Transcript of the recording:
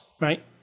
right